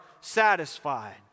satisfied